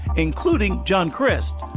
including john crist,